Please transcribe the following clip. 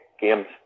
games